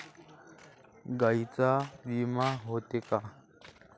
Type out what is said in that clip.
गायींचाही विमा होते का?